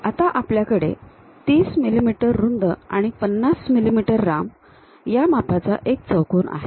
आता आपल्याकडे ३० मीमी रुंद आणि ५० मिमी लांब या मापाचा एक चौकोन आहे